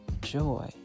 joy